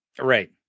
Right